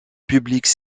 publique